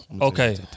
Okay